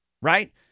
right